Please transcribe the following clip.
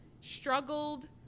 struggled